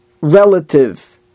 relative